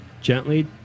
gently